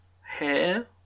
hair